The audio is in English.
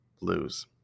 lose